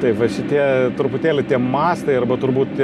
taip va šitie truputėlį mastai arba turbūt